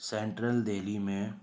central Delhi میں